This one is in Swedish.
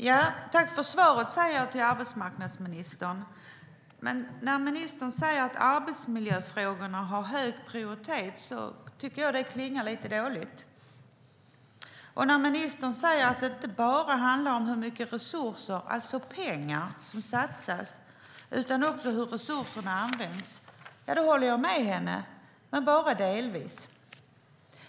Fru talman! Jag tackar arbetsmarknadsministern för svaret. Men när ministern säger att arbetsmiljöfrågorna har hög prioritet tycker jag att det klingar lite falskt. När ministern säger att det inte bara handlar om hur mycket resurser, alltså pengar, som satsas utan också om hur resurserna används håller jag med henne - men bara delvis.